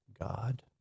God